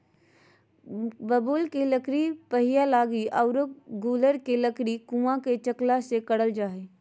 बबूल के लकड़ी पहिया लगी आरो गूलर के लकड़ी कुआ के चकका ले करल जा हइ